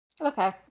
Okay